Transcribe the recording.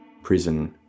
prison